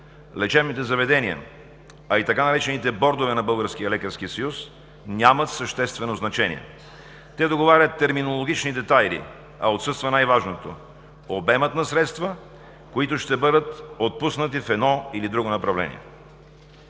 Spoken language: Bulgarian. лечебните заведения, а и така наречените „бордове“ на Българския лекарски съюз нямат съществено значение. Те договарят терминологични детайли, а отсъства най-важното – обемът на средства, които ще бъдат отпуснати в едно или друго направление.